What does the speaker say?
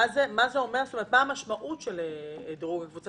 המשמעות של דירוג הקבוצה?